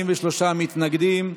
48 מתנגדים,